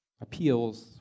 appeals